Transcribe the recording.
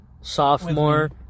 sophomore